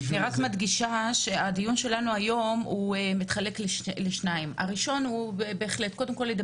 אני מדגישה שהדיון שלנו היום מתחלק לשניים: הראשון המעברים.